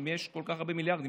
אם יש כל כך הרבה מיליארדים,